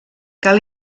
cal